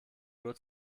nur